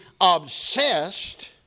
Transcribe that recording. obsessed